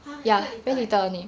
!huh! like quite little eh